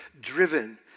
driven